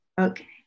Okay